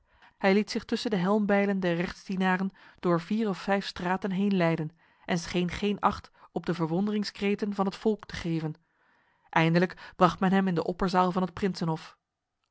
hij liet zich tussen de helmbijlen der rechtsdienaren door vier of vijf straten heen leiden en scheen geen acht op de verwonderingskreten van het volk te geven eindelijk bracht men hem in de opperzaal van het prinsenhof